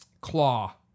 Claw